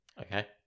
Okay